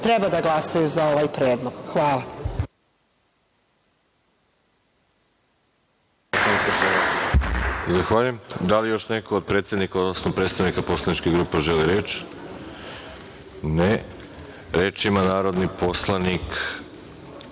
treba da glasaju za ovaj predlog. Hvala.